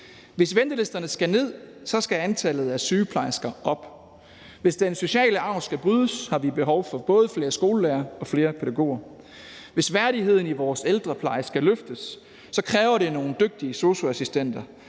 Hvis ventelisterne skal ned, skal antallet af sygeplejersker op. Hvis den sociale arv skal brydes, har vi behov for både flere skolelærere og flere pædagoger. Hvis værdigheden i vores ældrepleje skal løftes, kræver det nogle dygtige sosu-assistenter.